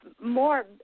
more